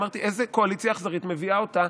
אמרתי, איזו קואליציה אכזרית מביאה אותה.